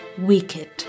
wicked